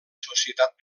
societat